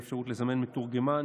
יש האפשרות לזמן מתורגמן.